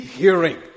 hearing